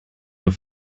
your